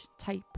type